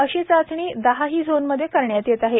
अशी चाचणी दहाही झोनमध्ये करण्यात येत आहे